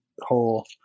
whole